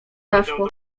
zaszło